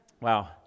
Wow